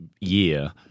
year